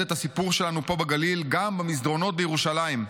את הסיפור שלנו פה בגליל גם במסדרונות בירושלים.